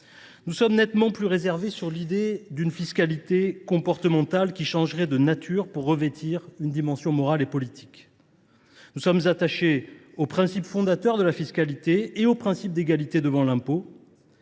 Nous sommes nettement plus réservés sur l’idée d’une fiscalité comportementale, qui changerait de nature pour revêtir une dimension morale et politique. Nous sommes attachés aux principes fondateurs de la fiscalité et au principe d’égalité devant l’impôt.